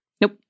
Nope